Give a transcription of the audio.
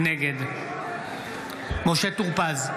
נגד משה טור פז,